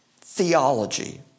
theology